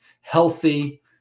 healthy